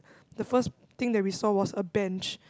the first thing that we saw was a bench